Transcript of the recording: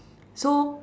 so